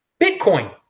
Bitcoin